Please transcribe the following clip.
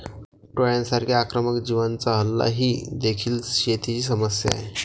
टोळांसारख्या आक्रमक जीवांचा हल्ला ही देखील शेतीची समस्या आहे